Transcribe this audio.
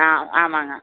ஆ ஆமாங்க